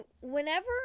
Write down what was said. whenever